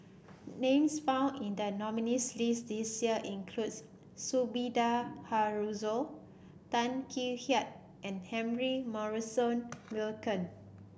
names found in the nominees' list this year includes Sumida Haruzo Tan Kek Hiang and Humphrey Morrison Burkill